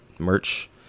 Merch